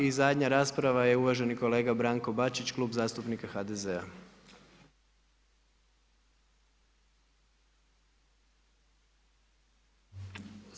I zadnja rasprava je uvaženi kolega Branko Bačić, Klub zastupnika HDZ-a.